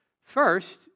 First